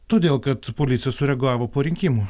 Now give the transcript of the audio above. todėl kad policija sureagavo po rinkimų